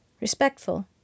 Respectful